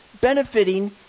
benefiting